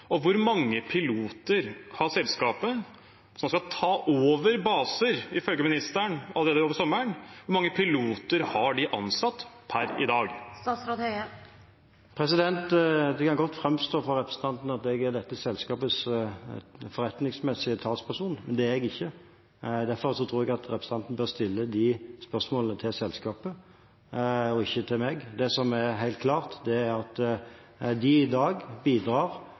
Hvor mange piloter har selskapet som skal ta over baser, ifølge ministeren, allerede over sommeren? Hvor mange piloter har de ansatt per i dag? Det kan godt framstå for representanten som om jeg er dette selskapets forretningsmessige talsperson, men det er jeg ikke. Derfor tror jeg representanten bør stille de spørsmålene til selskapet og ikke til meg. Det som er helt klart, er at de i dag bidrar